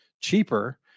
cheaper